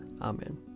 Amen